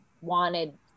wanted